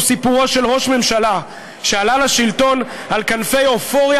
הוא "סיפורו של ראש ממשלה שעלה לשלטון על כנפי אופוריה